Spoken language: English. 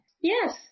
yes